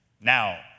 Now